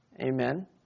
Amen